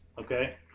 Okay